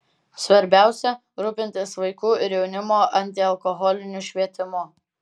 svarbiausia rūpintis vaikų ir jaunimo antialkoholiniu švietimu